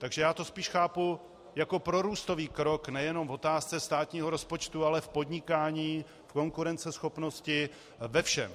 Takže já to spíš chápu jako prorůstový krok nejenom v otázce státního rozpočtu, ale v podnikání, konkurenceschopnosti, ve všem.